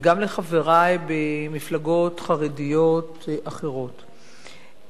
וגם לחברי במפלגות חרדיות אחרות,